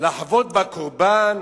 לחבוט בקורבן